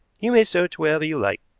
you may search wherever you like,